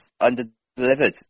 under-delivered